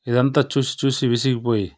ఇదంతా చూసి చూసి విసిగిపోయి